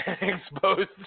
exposed